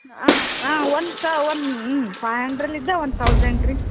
ಆಂ ಆಂ ಒಂದು ಸ ಒಂದು ಫೈ ಹಂಡ್ರೆಲಿದ್ದ ಒಂದು ಥೌಸಂಡ್ ರೀ